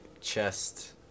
chest